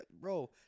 Bro